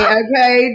okay